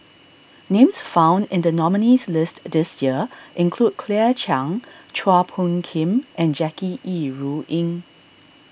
names found in the nominees' list this year include Claire Chiang Chua Phung Kim and Jackie Yi Ru Ying